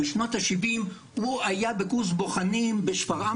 בשנות השבעים הוא היה בקורס בוחנים בשפרעם